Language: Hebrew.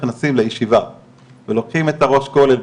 נכנסים לישיבה ולוקחים את הראש כולל,